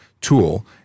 tool